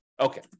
okay